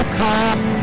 come